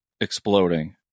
exploding